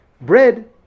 bread